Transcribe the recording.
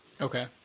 Okay